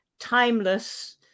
timeless